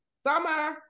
Summer